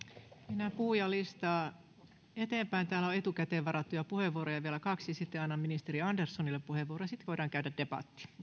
mennään puhujalistaa eteenpäin täällä on etukäteen varattuja puheenvuoroja vielä kaksi sitten annan ministeri anderssonille puheenvuoron ja sitten voidaan käydä debattia